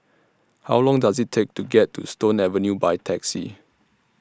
How Long Does IT Take to get to Stone Avenue By Taxi